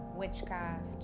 witchcraft